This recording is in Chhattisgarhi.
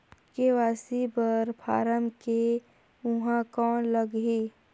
के.वाई.सी बर फारम ले के ऊहां कौन लगही?